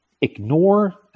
ignore